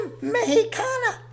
Mexicana